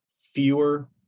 fewer